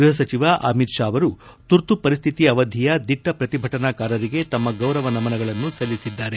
ಗ್ಬಹ ಸಚಿವ ಅಮಿತ್ ಶಾ ಅವರು ತುರ್ತು ಪರಿಸ್ಲಿತಿ ಅವಧಿಯ ದಿಟ್ಟ ಪ್ರತಿಭಟನಾಕಾರರಿಗೆ ತಮ್ಮ ಗೌರವ ನಮನಗಳನ್ನು ಸಲ್ಲಿಸಿದ್ದಾರೆ